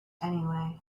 anyway